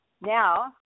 now